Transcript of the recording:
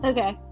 Okay